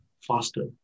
faster